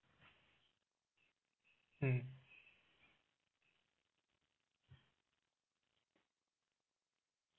um